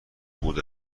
بوده